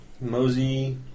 Mosey